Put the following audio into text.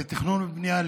לתכנון ובנייה,